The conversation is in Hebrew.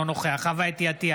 אינו נוכח חוה אתי עטייה,